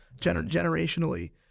generationally